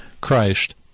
Christ